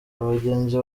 abagenzi